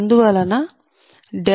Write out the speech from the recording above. అందువలన 0